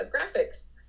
graphics